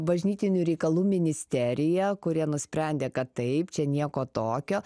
bažnytinių reikalų ministerija kurie nusprendė kad taip čia nieko tokio